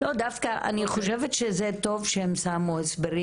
דווקא אני חושבת שזה טוב שהם שמו הסברים